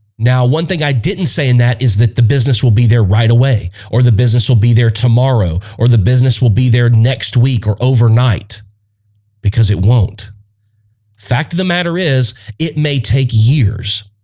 now one thing i didn't say in that is that the business will be there right away or the business will be there tomorrow or the business will be there next week or overnight because it won't fact of the matter is it may take years